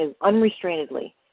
unrestrainedly